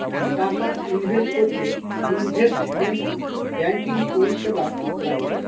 টাকা ইনভেস্ট করতে investment banking পরিষেবা লাগে